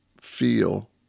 feel